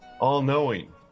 all-knowing